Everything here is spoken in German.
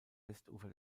westufer